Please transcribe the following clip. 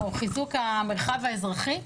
או חיזוק המרחב האזרחי,